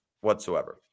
whatsoever